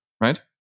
right